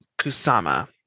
Kusama